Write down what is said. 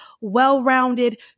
well-rounded